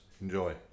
Enjoy